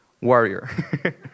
warrior